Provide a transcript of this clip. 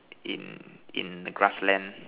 in in the grassland